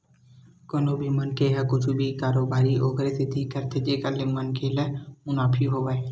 कोनो भी मनखे ह कुछु भी कारोबारी ओखरे सेती करथे जेखर ले मनखे ल मुनाफा होवय